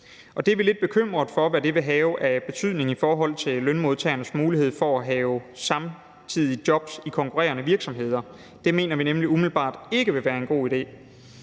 Vi er lidt bekymrede for, hvad det vil have af betydning i forhold til lønmodtagernes mulighed for at have samtidige jobs i konkurrerende virksomheder. Det mener vi nemlig umiddelbart ikke vil være en god idé.